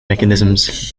mechanisms